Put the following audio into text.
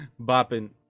Bopping